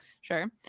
sure